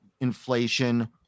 inflation